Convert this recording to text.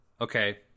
Okay